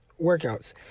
workouts